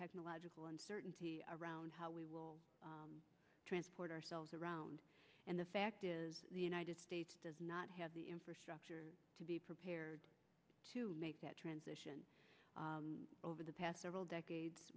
technological uncertainty around how we will transport ourselves around and the fact is the united states does not have the infrastructure to be prepared to make that transition over the past several decades